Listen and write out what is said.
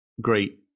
great